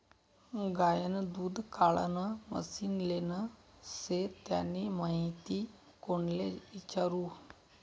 गायनं दूध काढानं मशीन लेनं शे त्यानी माहिती कोणले इचारु?